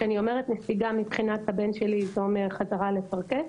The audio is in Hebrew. נסיגה מבחינת הבן שלי, פירושה חזרה לפרכס,